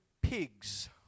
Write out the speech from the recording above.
pigs